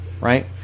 right